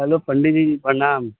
hello पण्डीजी प्रणाम